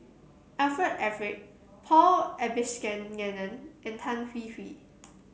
Alfred Eric Paul Abisheganaden and Tan Hwee Hwee